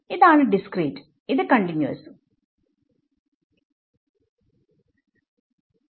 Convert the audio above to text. ഇതാണ് ഡിസ്ക്രീറ്റ് ഇത് കണ്ടിന്യൂഅസും